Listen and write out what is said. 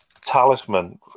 talisman